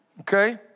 Okay